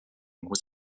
was